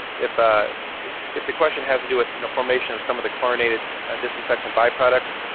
if ah if the question has to do with you know formation of some of the chlorinated disinfection byproducts,